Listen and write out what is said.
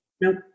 Nope